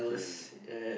okay